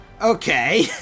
Okay